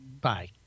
bye